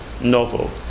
novel